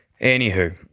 Anywho